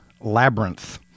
Labyrinth